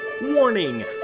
Warning